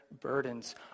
burdens